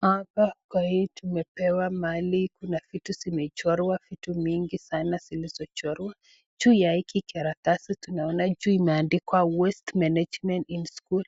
Hapa kwa hii tumepewa mahali kuna vitu zimechorwa, vitu mingi sana zilizochorwa, juu ya hiki karatasi tunaona juu imeandikwa [cs[ Waste management in schools